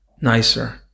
nicer